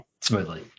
smoothly